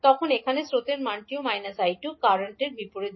তবে এখানে স্রোতের মানটিও −𝐈2 কারণ কারেন্টের দিকটি বিপরীত